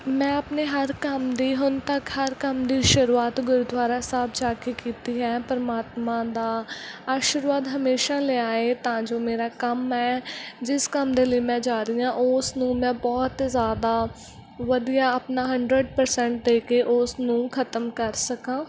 ਮੈਂ ਆਪਣੇ ਹਰ ਕੰਮ ਦੀ ਹੁਣ ਤੱਕ ਹਰ ਕੰਮ ਦੀ ਸ਼ੁਰੂਆਤ ਗੁਰਦੁਆਰਾ ਸਾਹਿਬ ਜਾ ਕੇ ਕੀਤੀ ਹੈ ਪਰਮਾਤਮਾ ਦਾ ਆਸ਼ੀਰਵਾਦ ਹਮੇਸ਼ਾ ਲਿਆ ਏ ਤਾਂ ਜੋ ਮੇਰਾ ਕੰਮ ਹੈ ਜਿਸ ਕੰਮ ਦੇ ਲਈ ਮੈਂ ਜਾ ਰਹੀ ਹਾਂ ਓਸ ਨੂੰ ਮੈਂ ਬਹੁਤ ਜ਼ਿਆਦਾ ਵਧੀਆ ਆਪਣਾ ਹੰਡਰਡ ਪਰਸੈਂਟ ਦੇ ਕੇ ਓਸ ਨੂੰ ਖਤਮ ਕਰ ਸਕਾਂ